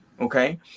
Okay